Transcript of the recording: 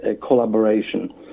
collaboration